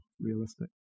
realistic